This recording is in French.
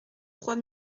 trois